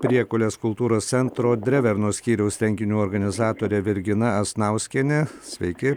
priekulės kultūros centro drevernos skyriaus renginių organizatorė vergina asnauskienė sveiki